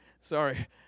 sorry